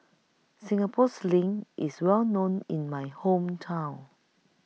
Singapore Sling IS Well known in My Hometown